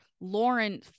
lauren